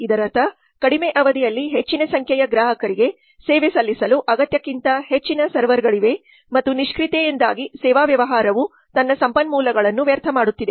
ಇದರರ್ಥ ಕಡಿಮೆ ಅವಧಿಯಲ್ಲಿ ಹೆಚ್ಚಿನ ಸಂಖ್ಯೆಯ ಗ್ರಾಹಕರಿಗೆ ಸೇವೆ ಸಲ್ಲಿಸಲು ಅಗತ್ಯಕ್ಕಿಂತ ಹೆಚ್ಚಿನ ಸರ್ವರ್ಗಳಿವೆ ಮತ್ತು ನಿಷ್ಕ್ರಿಯತೆಯಿಂದಾಗಿ ಸೇವಾ ವ್ಯವಹಾರವು ತನ್ನ ಸಂಪನ್ಮೂಲಗಳನ್ನು ವ್ಯರ್ಥ ಮಾಡುತ್ತಿದೆ